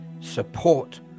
support